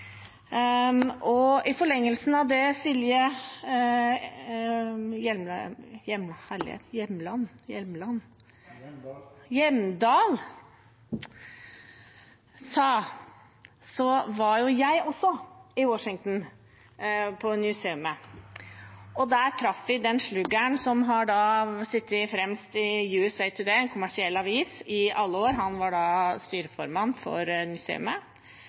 I forlengelsen av det Silje Hjemdal sa, var jeg også på Newseum i Washington, og der traff vi den sluggeren som har sittet fremst i USA Today, en kommersiell avis, i alle år. Han var styreformann for